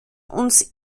uns